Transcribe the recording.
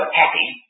happy